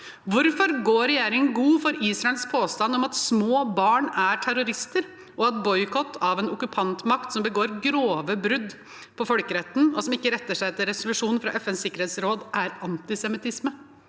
Hvorfor går regjeringen god for Israels påstand om at små barn er terrorister, og at boikott av en okkupantmakt som begår grove brudd på folkeretten og ikke retter seg etter resolusjoner fra FNs sikkerhetsråd, er antisemittisme?